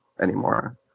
anymore